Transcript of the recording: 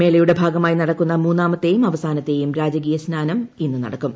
മേളയുടെ ഭാഗമായി നടക്കുന്ന മൂന്നാമത്തെയും അവസാനത്തെയും രാജകീയ സ്നാനം ഇന്ന് നടക്കും